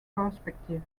perspective